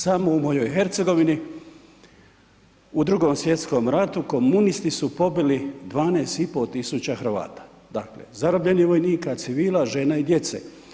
Samo u mojoj Hercegovini u Drugom svjetskom ratu komunisti su pobili 12,5 tisuća Hrvata dakle zarobljenih vojnika, civila, žena i djece.